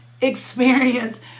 experience